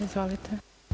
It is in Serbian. Izvolite.